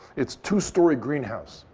it's two-story greenhouse,